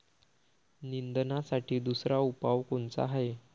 निंदनासाठी दुसरा उपाव कोनचा हाये?